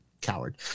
coward